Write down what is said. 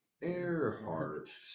Earhart